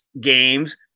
games